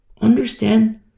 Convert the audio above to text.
Understand